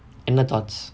any more thoughts